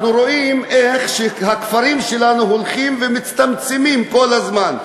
אנחנו רואים איך הכפרים שלנו הולכים ומצטמצמים כל הזמן.